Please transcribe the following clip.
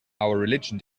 religion